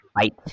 fight